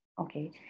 Okay